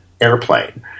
airplane